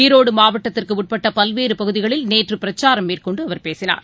ஈரோடு மாவட்டத்திற்கு உட்பட்ட பல்வேறு பகுதிகளில் நேற்று பிரச்சாரம் மேற்கொண்டு அவர் பேசினார்